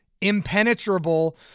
impenetrable